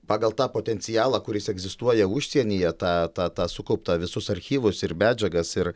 pagal tą potencialą kuris egzistuoja užsienyje tą tą tą sukauptą visus archyvus ir medžiagas ir